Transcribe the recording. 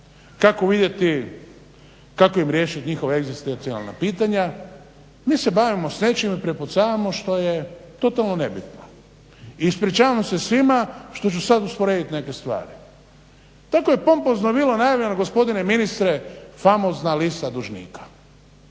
kako vidjeti, kako im riješiti njihova egzistencijalna pitanja, mi se bavimo s nečim i prepucavamo što je totalno nebitno. Ispričava se svima što ću sada usporediti neke stvari. Tako je pompozno bilo najavljeno gospodine ministre famozna lista dužnika.